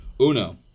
Uno